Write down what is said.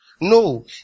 No